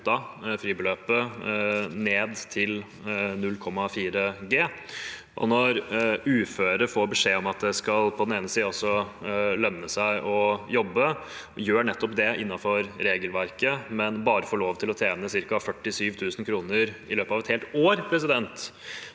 fribeløpet ned til 0,4 G. Når uføre får beskjed om at det på den ene siden skal lønne seg å jobbe, og gjør nettopp det innenfor regelverket, men bare får lov til å tjene ca. 47 000 kr i løpet av et helt år,